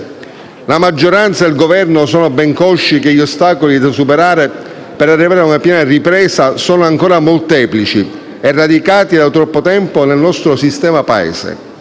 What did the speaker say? La maggioranza e il Governo sono ben consci che gli ostacoli da superare per arrivare a una piena ripresa sono ancora molteplici e radicati da troppo tempo nel nostro sistema Paese.